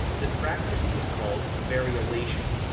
the practice is called variolation.